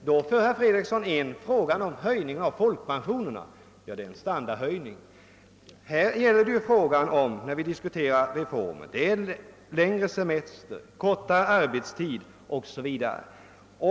Då för herr Fredriksson in frågan om folkpensionerna i debatten. Ja, det är riktigt att det är en standardhöjning, men när vi diskuterar reformer, gäller också frågan, längre semester, kortare arbetstid o.s.v.